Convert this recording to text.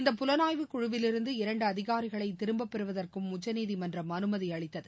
இந்த புலனாய்வுக் குழுவிலிருந்து இரண்டுஅதிகாரிகளைதிரும்பப் பெறுவதற்கும் உச்சநீதிமன்றம் அமைதிஅளித்தது